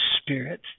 Spirit